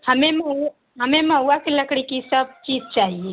हमें महुआ हमें महुआ की लकड़ी की सब चीज चाहिए